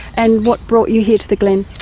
and what brought you here to the glen?